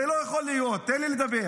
זה לא יכול להיות, תן לי לדבר.